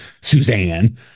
Suzanne